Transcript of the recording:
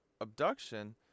abduction